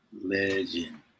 Legend